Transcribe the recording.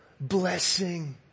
blessing